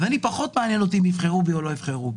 אותי פחות מעניין אם יבחרו בי או לא יבחרו בי.